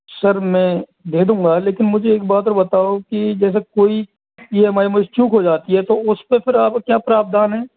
sir मैं दे दूंगा लेकिन मुझे एक बात और बताओ कि जैसे कोई ई एम आई मुझसे चूक हो जाती है तो उस पे फिर आप क्या प्रावधान है